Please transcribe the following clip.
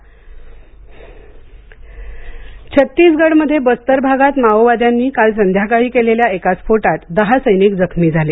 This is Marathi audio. सैनिक जखमी छत्तीसगढमध्ये बस्तर भागात माओवाद्यांनी काल संध्याकाळी केलेल्या एका स्फोटात दहा सैनिक जखमी झाले